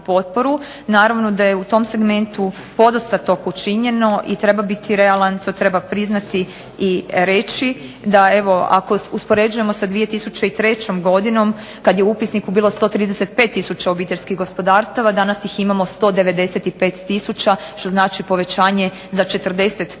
Naravno da je u tom segmentu podosta toga učinjeno i treba biti realan, to treba priznati i reći, da evo ako uspoređujemo sa 2003. godinom, kad je u upisniku bilo 135 tisuća obiteljskih gospodarstava, danas ih imamo 195 tisuća, što znači povećanje za 40%,